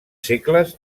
segles